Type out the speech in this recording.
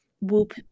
Whoop